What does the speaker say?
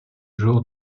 jour